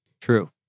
True